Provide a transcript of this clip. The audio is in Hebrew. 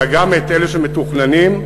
אלא גם אלה שמתוכננים,